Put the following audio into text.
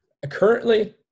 Currently